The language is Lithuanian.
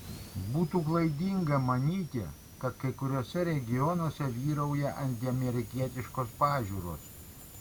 būtų klaidinga manyti kad kai kuriuose regionuose vyrauja antiamerikietiškos pažiūros